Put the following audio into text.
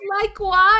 Likewise